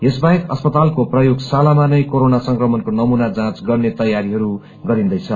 यस बाहेक अस्पतालको प्रयोगशालामा नै कोरोना संक्रमणको नमूना जाँच गर्ने तयारीहरू गरिन्दैछ